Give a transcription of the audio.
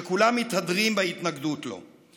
שכולם מתהדרים בהתנגדות לו.